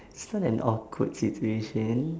it's not an awkward situation